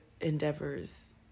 endeavors